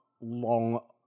long